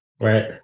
right